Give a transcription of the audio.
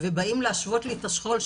ובאים להשוות לי את השכול,